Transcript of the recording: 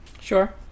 sure